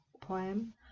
poem